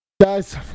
Guys